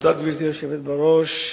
גברתי היושבת בראש,